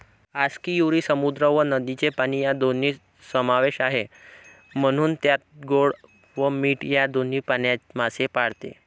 आस्कियुरी समुद्र व नदीचे पाणी या दोन्ही समावेश आहे, म्हणून त्यात गोड व मीठ या दोन्ही पाण्यात मासे पाळते